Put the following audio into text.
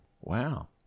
Wow